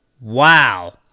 Wow